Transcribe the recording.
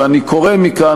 ואני קורא מכאן,